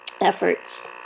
efforts